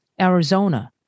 Arizona